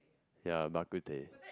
ya bak kut teh